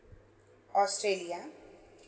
australia